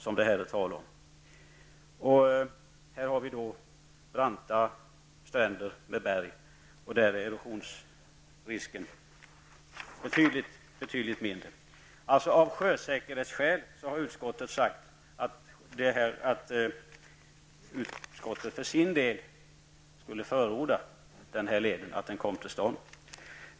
I anslutning till den har vi branta stränder med berg, och där är erosionrisken betydligt mindre. Utskottet har sagt att man för sin del av sjösäkerhetsskäl skulle förorda att den leden kommer till stånd.